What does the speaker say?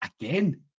again